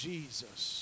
Jesus